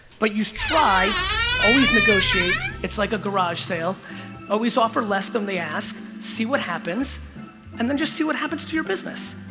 but you try always negotiate it's like a garage sale or we saw for less than they ask see what happens and then just see what happens to your business.